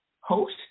host